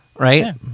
Right